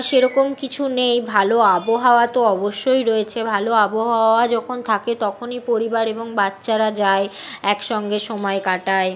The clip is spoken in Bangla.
সে রকম কিছু নেই ভালো আবহাওয়া তো অবশ্যই রয়েছে ভালো আবহাওয়া যখন থাকে তখনই পরিবার এবং বাচ্চারা যায় একসঙ্গে সময় কাটায়